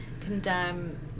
condemn